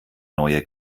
neue